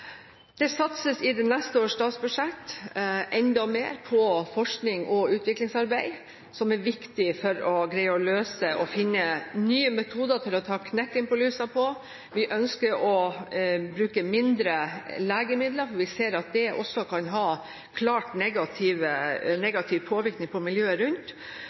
Det satses i neste års statsbudsjett enda mer på forskning og utviklingsarbeid som er viktig for å greie å finne nye metoder for å ta knekken på lusa. Vi ønsker å bruke mindre legemidler. Vi ser at det også kan ha klart negativ påvirkning på miljøet rundt,